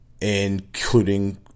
including